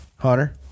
Hunter